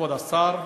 כבוד השר,